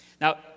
Now